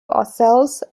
ourselves